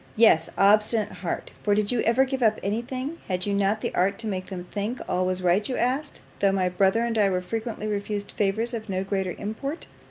yes, obstinate heart! for did you ever give up any thing? had you not the art to make them think all was right you asked, though my brother and i were frequently refused favours of no greater import!